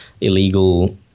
illegal